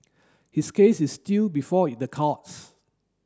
his case is still before in the courts